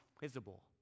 visible